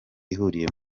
ihuriye